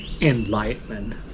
enlightenment